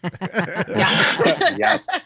Yes